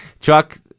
Chuck